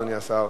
אדוני השר,